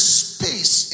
space